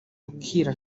bukira